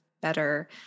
better